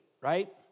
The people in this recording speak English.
right